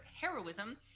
heroism